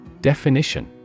Definition